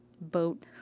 boat